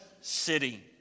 city